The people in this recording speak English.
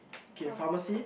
okay pharmacy